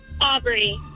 Aubrey